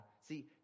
See